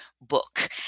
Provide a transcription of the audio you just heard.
book